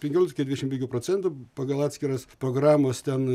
penkiolikos iki dvidešimt penkių procentų pagal atskiras programos ten